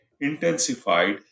intensified